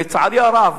לצערי הרב,